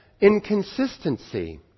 inconsistency